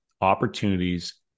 opportunities